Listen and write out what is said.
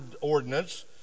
ordinance